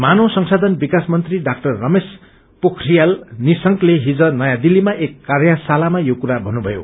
मानव संशायन विकास मन्त्री डाक्टर रमेश पोखरियाल निशंकले डिज नयौं दिल्लीमा एक कार्याशालामा यो कुरा भन्नुभयो